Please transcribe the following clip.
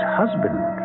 husband